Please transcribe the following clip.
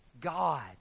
God